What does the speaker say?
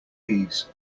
bees